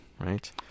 Right